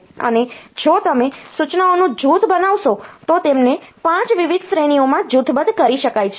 અને જો તમે સૂચનાઓનું જૂથ બનાવશો તો તેમને 5 વિવિધ શ્રેણીઓમાં જૂથબદ્ધ કરી શકાય છે